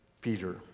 Peter